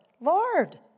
Lord